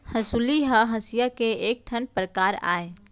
हँसुली ह हँसिया के एक ठन परकार अय